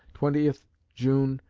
twentieth june,